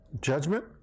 judgment